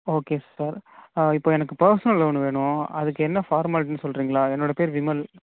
okay sir இப்போது எனக்கு personal loan வேணும் அதுக்கு என்ன பார்மால்டின்னு சொல்லுறிங்களா என்னோடய பேர் விமல்